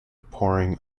pouring